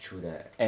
through the